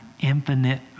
infinite